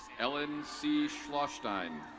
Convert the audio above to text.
ellen c. schlosstein.